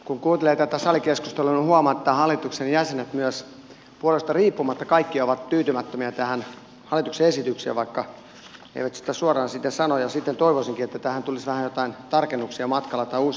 kun kuuntelee tätä salikeskustelua niin huomaa että hallituksen jäsenet myös puolueesta riippumatta kaikki ovat tyytymättömiä tähän hallituksen esitykseen vaikka eivät suoraan sitä sano ja siten toivoisinkin että tähän tulisi vähän jotain tarkennuksia matkalla tai uusia esityksiä